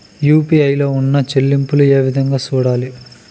UPI లో ఉన్న చెల్లింపులు ఏ విధంగా సూడాలి